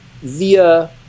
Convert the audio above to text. via